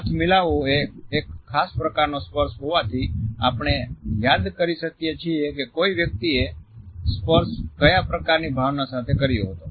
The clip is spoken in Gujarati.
હાથ મિલાવવાએ એક ખાસ પ્રકારનો સ્પર્શ હોવાથી આપણે યાદ કરી શકીએ કે કોઈ વ્યક્તિ એ સ્પર્શ ક્યાં પ્રકારની ભાવના સાથે કર્યો હતો